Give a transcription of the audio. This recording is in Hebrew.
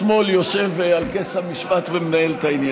שהשמאל יושב על כס המשפט ומנהל את העניין.